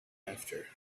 after